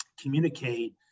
communicate